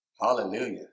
Hallelujah